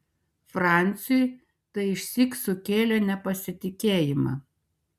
franciui tai išsyk sukėlė nepasitikėjimą